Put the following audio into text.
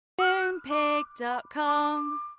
Moonpig.com